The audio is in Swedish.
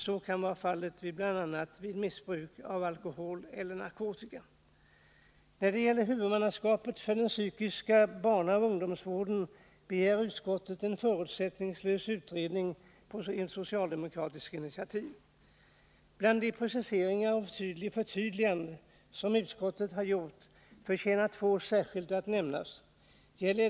Så kan vara fallet vid missbruk av alkohol eller narkotika. När det gäller huvudmannaskapet för den psykiska barnoch ungdomsvården begär utskottet på socialdemokratiskt initiativ en förutsättningslös utredning. Bland de preciseringar och förtydliganden som utskottet har gjort förtjänar två att nämnas särskilt.